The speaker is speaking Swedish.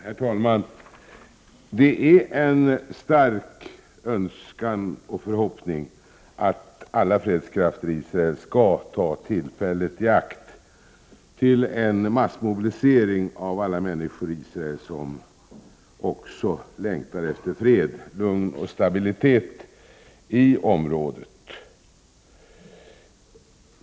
Herr talman! Det är en stark önskan och förhoppning att alla fredskrafter i Israel skall ta tillfället i akt till en massmobilisering av alla människor i Israel som också längtar efter fred, lugn och stabilitet i området.